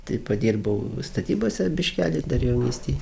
taip padirbau statybose biškelį dar jaunystėj